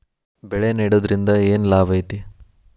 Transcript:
ಬೆಳೆ ನೆಡುದ್ರಿಂದ ಏನ್ ಲಾಭ ಐತಿ?